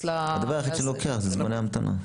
ל --- הדבר היחיד שאני לוקח זה זמני המתנה.